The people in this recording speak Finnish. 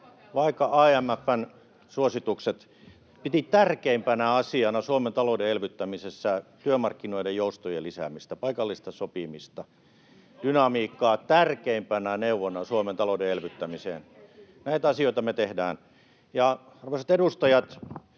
vaikka IMF:n suositukset. Se piti tärkeimpänä asiana Suomen talouden elvyttämisessä työmarkkinoiden joustojen lisäämistä, paikallista sopimista, dynamiikkaa — tärkeimpänä neuvona Suomen talouden elvyttämiseen. Näitä asioita me tehdään. Arvoisat edustajat,